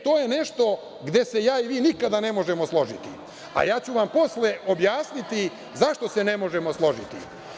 To je nešto gde se ja i vi nikada ne možemo složiti, a ja ću vam posle objasniti zašto se ne možemo složiti.